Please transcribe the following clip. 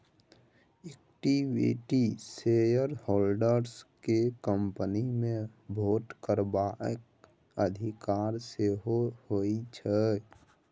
equity shareholders केँ company मे vote करबाक अधिकार सेहो होइ छै